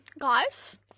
guys